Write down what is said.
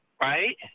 right